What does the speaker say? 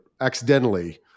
accidentally